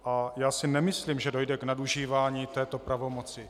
A já si nemyslím, že dojde k nadužívání této pravomoci.